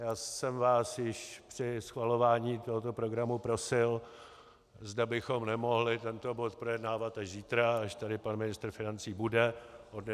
Já jsem vás již při schvalování tohoto programu prosil, zda bychom nemohli tento bod projednávat až zítra, až tady pan ministr financí bude.